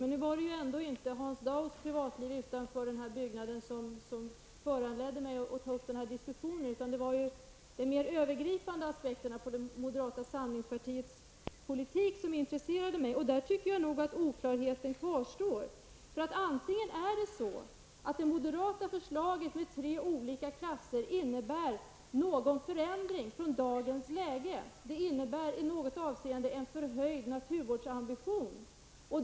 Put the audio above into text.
Men nu var det inte Hans Daus privatliv utanför denna byggnad som föranledde mig att ta upp denna diskussion, utan det var de mer övergripande aspekterna på moderata samlingspartiets politik som intresserade mig, där jag tycker att oklarheten kvarstår. Det moderata förslaget med tre olika klasser innebär kanske en förändring av dagens läge som i något avseende innebär en förhöjd naturvårdsambition.